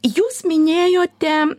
jūs minėjote